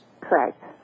Correct